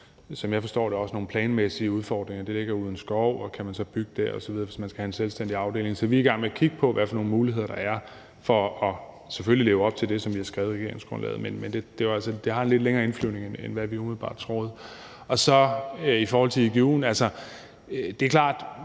som jeg forstår det, nogle planmæssige udfordringer: Det ligger ude i en skov, og kan man så bygge der osv., hvis man skal have en selvstændig afdeling? Så vi er i gang med at kigge på, hvad for nogle muligheder der er for selvfølgelig at leve op til det, som vi har skrevet i regeringsgrundlaget. Men det har en lidt længere indflyvning, end hvad vi umiddelbart troede. I forhold til egu'en vil jeg sige, at det er klart,